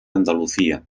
andalucía